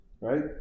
right